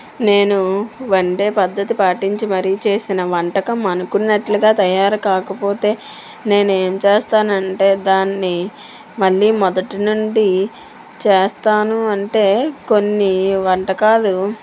నేను వండే పద్ధతి పాటించి మరీ చేసిన వంటకం అనుకున్నట్టుగా తయారు కాకపోతే నేను ఏం చేస్తాను అంటే దాన్ని మళ్ళీ మొదటి నుండి చేస్తాను అంటే కొన్ని వంటకాలు